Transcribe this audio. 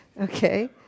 Okay